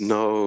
no